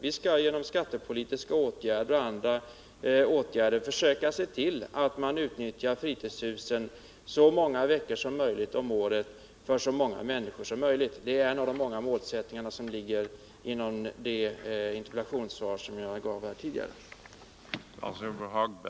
Vi skall genom skattepolitiska och andra åtgärder försöka se till att fritidshusen utnyttjas så många veckor som möjligt under året av så många människor som möjligt. Detta är en av de många målsättningar som finns i det interpellationssvar som jag tidigare gav.